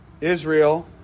Israel